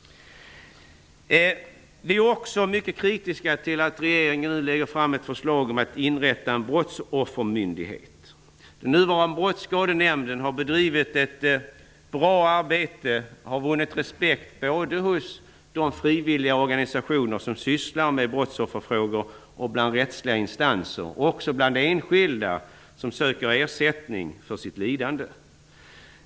Vi är också mycket kritiska till att regeringen nu lägger fram ett förslag om att inrätta en brottsoffermyndighet. Nuvarande Brottsskadenämnden har bedrivit ett bra arbete och har vunnit respekt hos både de frivilliga organisationer som sysslar med brottsofferfrågor och rättsliga instanser samt också bland de enskilda som söker ersättning för sitt lidande.